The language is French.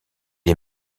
est